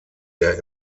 der